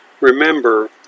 Remember